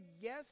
yes